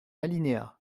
alinéa